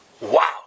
Wow